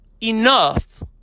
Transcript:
enough